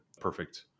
perfect